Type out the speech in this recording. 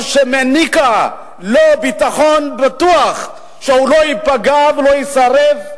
או העניקה לו ביטחון בטוח שהוא לא ייפגע ולא יישרף?